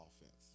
offense